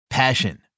Passion